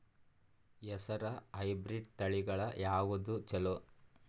ಹೆಸರ ಹೈಬ್ರಿಡ್ ತಳಿಗಳ ಯಾವದು ಚಲೋ?